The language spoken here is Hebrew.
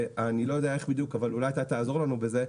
אני לא יודע איך בדיוק אבל אולי אתה תעזור לנו בזה,